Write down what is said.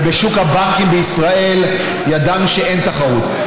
ובשוק הבנקים בישראל ידענו שאין תחרות.